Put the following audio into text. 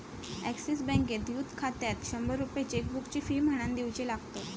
axis बँकेत youth खात्यात शंभर रुपये चेकबुकची फी म्हणान दिवचे लागतत